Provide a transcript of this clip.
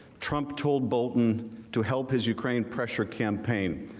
trump told bolton to help his ukraine pressure campaign,